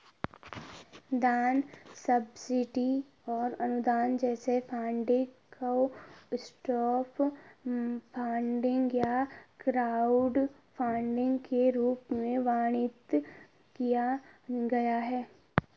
दान सब्सिडी और अनुदान जैसे फंडिंग को सॉफ्ट फंडिंग या क्राउडफंडिंग के रूप में वर्णित किया गया है